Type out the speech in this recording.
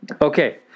Okay